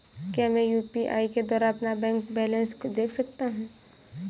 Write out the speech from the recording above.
क्या मैं यू.पी.आई के द्वारा अपना बैंक बैलेंस देख सकता हूँ?